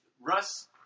Russ